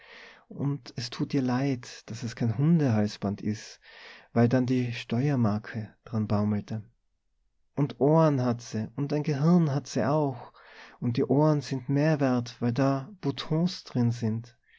und es tut ihr leid daß es kein hundehalsband is weil dann die steuermarke dran baumelte und ohren hat se und ein gehirn hat se auch aber die ohren sind mehr wert weil da boutons drin sind